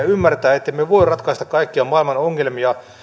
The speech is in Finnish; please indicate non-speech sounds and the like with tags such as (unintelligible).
(unintelligible) ymmärtää ettemme voi ratkaista kaikkia maailman ongelmia